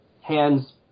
hands